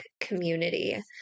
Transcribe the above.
community